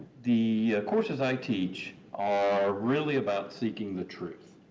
the courses i teach are really about seeking the truth.